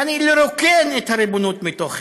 יעני, לרוקן את הריבונות מתוכן.